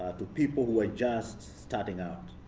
to people who are just starting out,